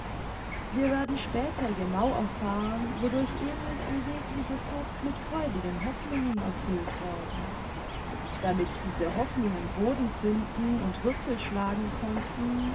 wir werden später genau erfahren wodurch emil's bewegliches herz mit freudigen hoffnungen erfüllt worden damit diese hoffnungen boden finden und wurzel schlagen konnten